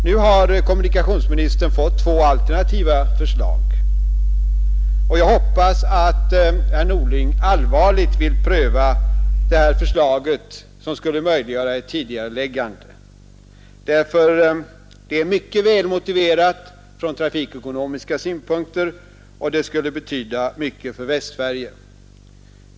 Nu har kommunikationsministern fått två alternativa förslag, och jag hoppas att han allvarligt vill pröva det förslag som skulle möjliggöra ett tidigareläggande, därför att det är mycket välmotiverat från trafikekonomiska synpunkter och skulle betyda mycket för Västsverige.